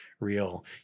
Real